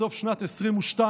בסוף שנת 2022,